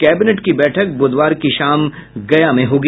cabinet की बैठक ब्रधवार की शाम गया में होगी